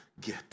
get